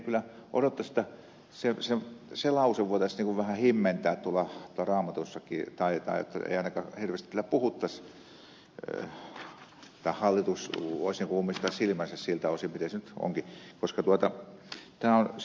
sen takia minä kyllä odottaisin jotta se lause voitaisiin vähän himmentää raamatussakin tai ei ainakaan hirveästi täällä puhuttaisi että hallitus voisi ummistaa silmänsä siltä osin miten se nyt onkin